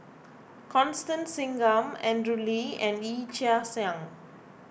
Constance Singam Andrew Lee and Yee Chia Hsing